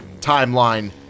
timeline